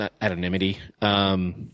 anonymity